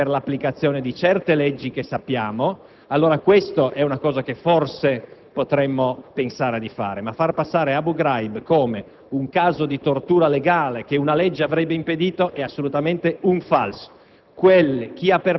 ma far passare Abu Ghraib come un caso di tortura legale è veramente un falso. Se vogliamo fare le mostre delle torture legali, cioè la tortura fatta per ordine e con il consenso dello Stato,